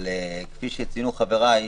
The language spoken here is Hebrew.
אבל כפי שציינו חבריי,